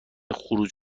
خروج